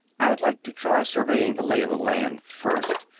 i'd like to try surveying the lay of the land, first.